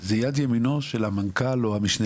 היא יד ימינו של המנכ"ל או המשנה